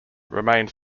remains